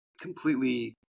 completely